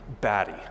batty